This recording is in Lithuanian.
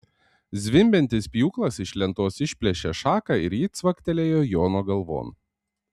zvimbiantis pjūklas iš lentos išplėšė šaką ir ji cvaktelėjo jono galvon